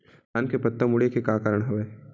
धान के पत्ता मुड़े के का कारण हवय?